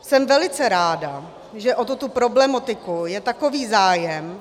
Jsem velice ráda, že o tuto problematiku je takový zájem.